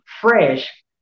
fresh